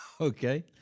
okay